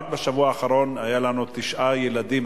רק בשבוע האחרון היו לנו תשעה ילדים,